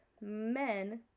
men